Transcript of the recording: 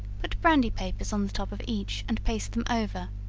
put brandy papers on the top of each, and paste them over,